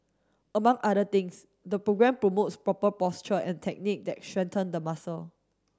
among other things the programme promotes proper posture and technique that strengthen the muscle